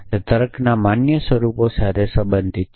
તે તર્કના માન્ય સ્વરૂપો સાથે સંબંધિત છે